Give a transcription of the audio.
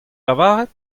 lavaret